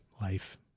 life